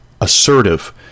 assertive